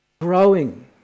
growing